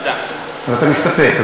אז אתה מסתפק.